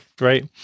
right